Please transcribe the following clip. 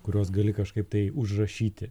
kuriuos gali kažkaip tai užrašyti